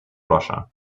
russia